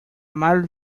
mal